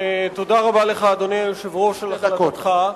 תודה רבה לך, אדוני היושב-ראש, על החלטתך.